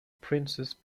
princess